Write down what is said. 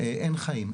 אין חיים.